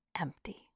empty